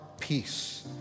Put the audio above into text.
peace